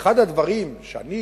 אחד הדברים שאני